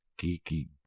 geeky